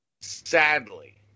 sadly